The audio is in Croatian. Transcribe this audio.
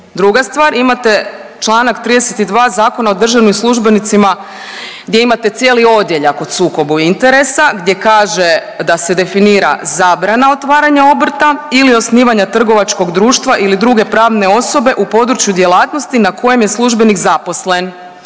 druga stvar imate čl. 32. Zakona o državnim službenicima gdje imate cijeli odjeljak o sukobu interesa gdje kaže da se definira zabrana otvaranja obrta ili osnivanja trgovačkog društva ili druge pravne osobe u području djelatnosti na kojem je službenik zaposlen